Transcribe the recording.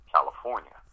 California